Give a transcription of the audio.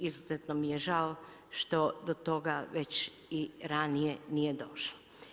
Izuzetno mi je žao što do toga već i ranije nije došlo.